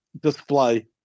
display